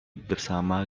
bersama